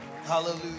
Hallelujah